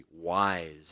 wise